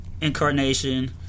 incarnation